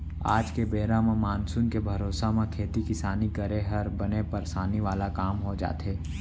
आज के बेरा म मानसून के भरोसा म खेती किसानी करे हर बने परसानी वाला काम हो जाथे